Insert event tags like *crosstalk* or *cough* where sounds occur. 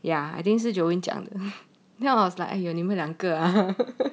ya I think 是 jolene 讲的 then I was like !haiyo! 有你们两个 *laughs*